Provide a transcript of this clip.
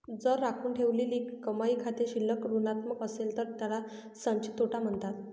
जर राखून ठेवलेली कमाई खाते शिल्लक ऋणात्मक असेल तर त्याला संचित तोटा म्हणतात